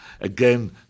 Again